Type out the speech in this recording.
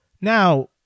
now